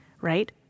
right